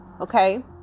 okay